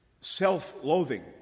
self-loathing